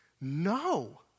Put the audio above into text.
no